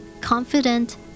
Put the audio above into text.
confident